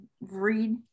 read